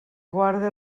guarde